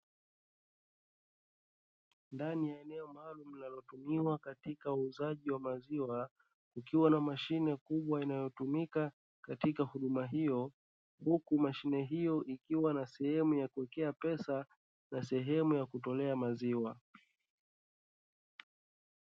Ndani ya eneo maalumu linalotumiwa katika uuzaji wa maziwa kukiwa na mashine kubwa inayotumika katika huduma hiyo, huku mashine hiyo ikiwa na sehemu ya kuwekea pesa na sehemu ya kutolewa maziwa.